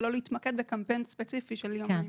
ולא להתמקד בקמפיין ספציפי של יומיים.